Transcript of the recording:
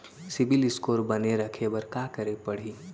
CIBIL score बने रखे बर का करे पड़ही?